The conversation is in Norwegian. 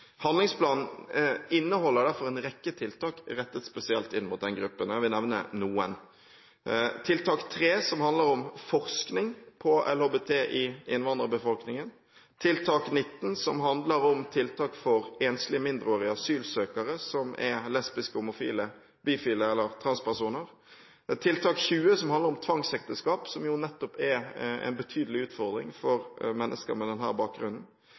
Handlingsplanen inneholder derfor en rekke tiltak som er spesielt rettet mot den gruppen. Jeg vil nevne noen: tiltak 3, som handler om forskning på LHBT-personer i innvandrerbefolkningen tiltak 19, som handler om tiltak for enslige mindreårige asylsøkere som er lesbiske, homofile, bifile eller transpersoner tiltak 20, som handler om tiltak mot tvangsekteskap, som jo er en betydelig utfordring for mennesker med denne bakgrunnen